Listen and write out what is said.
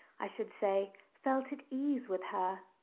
i should say, felt at ease with her.